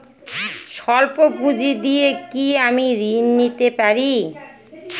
সল্প পুঁজি দিয়ে কি আমি ঋণ পেতে পারি?